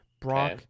Brock